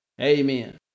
Amen